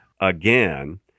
again